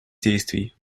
действий